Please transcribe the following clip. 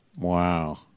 Wow